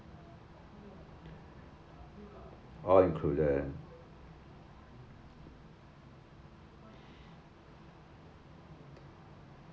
orh included